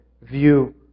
view